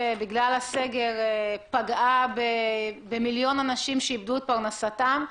בגלל הסגר פגעה במיליון אנשים שאיבדו את פרנסתם.